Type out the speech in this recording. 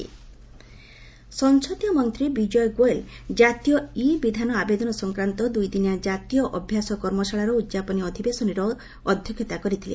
NeVA Goel ସଂସଦୀୟ ମନ୍ତ୍ରୀ ବିଜୟ ଗୋଏଲ କାତୀୟ ଇ ବିଧାନ ଆବେଦନ ସଂକ୍ରାନ୍ତ ଦୁଇଦିନିଆ କାତୀୟ ଅଭ୍ୟାସ କର୍ମଶାଳାର ଉଦ୍ଯାପନୀ ଅଧିବେଶନରେ ଅଧ୍ୟକ୍ଷତା କରିଥିଲେ